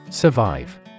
Survive